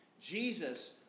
Jesus